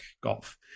golf